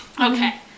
Okay